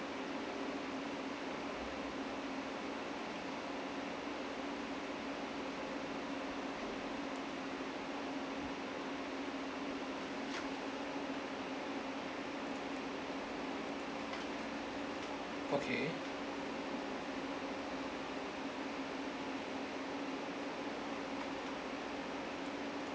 okay